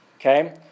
Okay